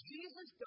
Jesus